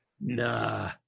Nah